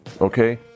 okay